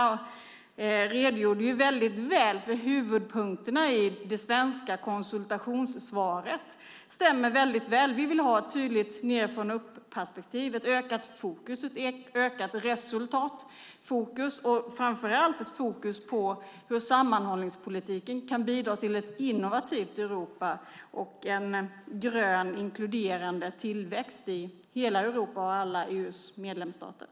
Han redogjorde på ett mycket bra sätt för huvudpunkterna i det svenska konsultationssvaret. Det stämmer väldigt väl. Vi vill ha ett tydligt nedifrån-och-upp-perspektiv, ett ökat resultat och framför allt ett ökat fokus på hur sammanhållningspolitiken kan bidra till ett innovativt Europa och en grön, inkluderande tillväxt i alla EU:s medlemsstater och i hela Europa.